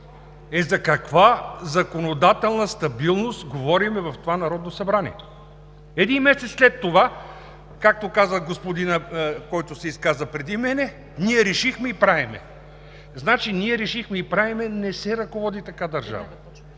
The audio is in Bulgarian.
Е, за каква законодателна стабилност говорим в това Народно събрание? Един месец след това, както каза господинът, който се изказа преди мен: „Ние решихме и правим!“ Значи, с „Ние решихме и правим“ – така държавата